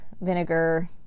vinegar